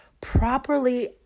properly